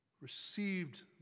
received